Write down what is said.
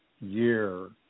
year